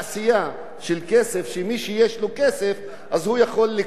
שמי שיש לו כסף יכול להיכנס או להיות